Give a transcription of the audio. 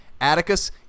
Atticus